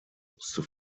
musste